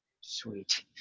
Sweet